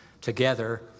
together